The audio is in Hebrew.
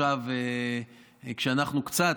,עכשיו כשאנחנו קצת,